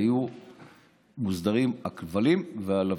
היו מוסדרים רק הכבלים והלוויין.